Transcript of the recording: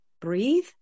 breathe